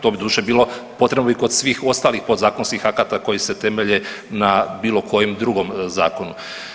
To bi doduše bilo, potrebno kod svih ostalih podzakonskih akata koji se temelje na bilo kojem drugom zakonu.